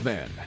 Men